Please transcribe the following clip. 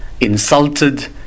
insulted